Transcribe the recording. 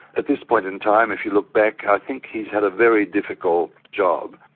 at this point in time if you look back i think he's had a very difficult job.